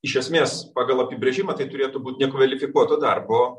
iš esmės pagal apibrėžimą tai turėtų būt nekvalifikuoto darbo